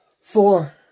four